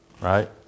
right